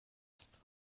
است